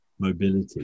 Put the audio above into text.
Mobility